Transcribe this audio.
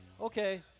okay